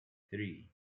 three